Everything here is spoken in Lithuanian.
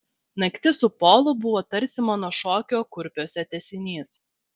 naktis su polu buvo tarsi mano šokio kurpiuose tęsinys